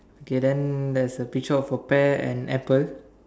okay then there's a picture of a pear and apple